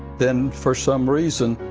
then, for some reason,